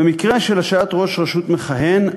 במקרה של השעיית ראש רשות מכהן,